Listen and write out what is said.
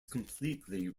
completely